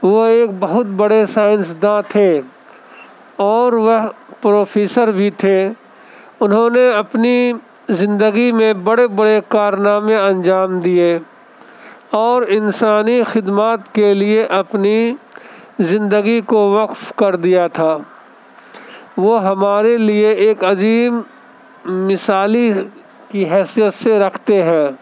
وہ ایک بہت بڑے سائینس داں تھے اور وہ پروفیسر بھی تھے انہوں نے اپنی زندگی میں بڑے بڑے کارنامے انجام دیے اور انسانی خدمات کے لیے اپنی زندگی کو وقف کر دیا تھا وہ ہمارے لیے ایک عظیم مثالی کی حیثیت سے رکھتے ہیں